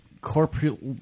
corporate